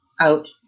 out